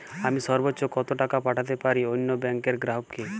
আমি সর্বোচ্চ কতো টাকা পাঠাতে পারি অন্য ব্যাংক র গ্রাহক কে?